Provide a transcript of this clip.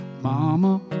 Mama